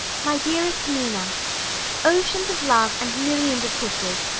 my dearest mina oceans of love and millions of kisses,